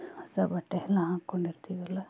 ಹೊಸ ಬಟ್ಟೆ ಎಲ್ಲ ಹಾಕೊಂಡಿರ್ತಿವಲ್ಲ